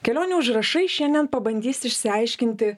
kelionių užrašai šiandien pabandys išsiaiškinti